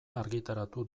argitaratu